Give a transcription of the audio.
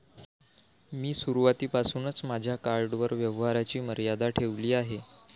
मी सुरुवातीपासूनच माझ्या कार्डवर व्यवहाराची मर्यादा ठेवली आहे